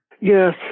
Yes